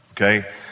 okay